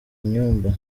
inyumba